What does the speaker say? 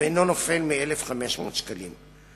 ואינו נופל מ-1,500 שקלים חדשים.